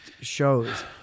shows